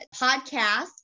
podcast